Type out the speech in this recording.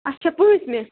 اَچھا پٲنٛژۍمہِ